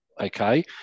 okay